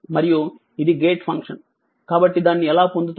మరియు ఇది gate function కాబట్టి దాన్ని ఎలా పొందుతారు